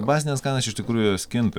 bazinės kainos iš tikrųjų jos kinta